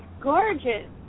gorgeous